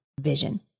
vision